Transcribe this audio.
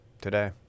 Today